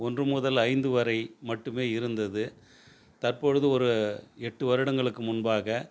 ஒன்று முதல் ஐந்து வரை மட்டுமே இருந்தது தற்பொழுது ஒரு எட்டு வருடங்களுக்கு முன்பாக